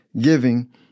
giving